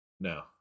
No